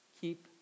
keep